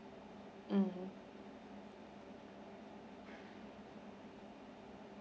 mmhmm